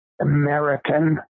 American